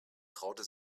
traute